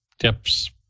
tips